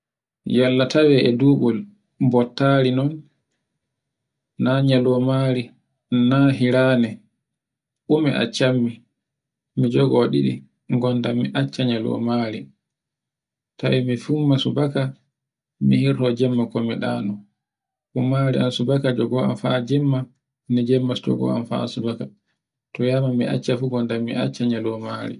Yalla tawe e duɓol bottari non, na nyalaumari, na hirande, ɗume accan mi mi jogo ɗiɗi gonda mi acca nyalumari. To e sumi subaka mi hirto jemma ko mi ɗano, fumari am subaka jogo am haa jemma no jemma nastu fa subaka. To yaram me acca fu gonda mi acca nlaumari.